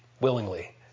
willingly